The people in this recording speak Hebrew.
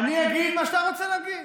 אני אגיד מה שאתה רוצה להגיד?